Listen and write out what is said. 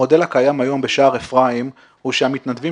המודל הקיים היום בשער אפרים, הוא שהמתנדבים